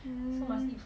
mm